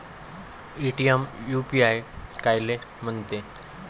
Paytm UPI कायले म्हनते?